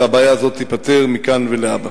שהבעיה הזאת תיפתר מכאן ולהבא.